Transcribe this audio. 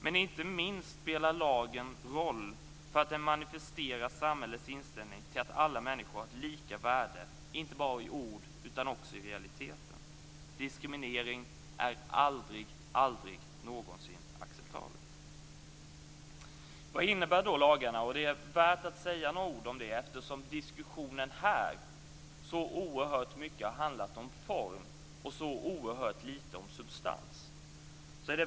Och inte minst spelar lagen en roll genom att den manifesterar samhällets inställning att alla människor har ett lika värde, inte bara i ord utan också i realiteten. Diskriminering är aldrig någonsin acceptabelt. Vad innebär då lagarna? Det är värt att säga några ord om det, eftersom diskussionen här så oerhört mycket har handlat om form och så oerhört lite om substans.